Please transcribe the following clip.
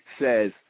says